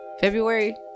February